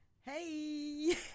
Hey